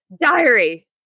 diary